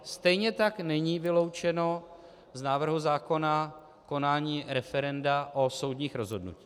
Stejně tak není vyloučeno z návrhu zákona konání referenda o soudních rozhodnutích.